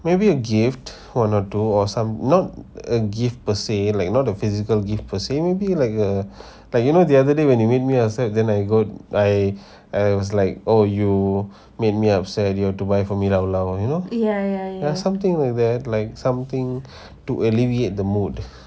maybe a gift one or two or some not a gift per se like not a physical gift per se maybe like ah like you know the other day when you made me upset then I go I I was like oh you made me upset you have to buy for me blah blah you know something like that like something to alleviate the mood